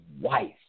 wife